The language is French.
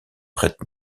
prête